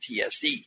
PTSD